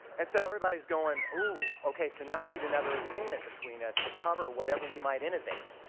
and so everybody's going, oohhh, ok so now we need another agreement between us to cover whatever we might innovate.